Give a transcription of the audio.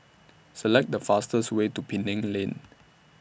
Select The fastest Way to Penang Lane